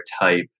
type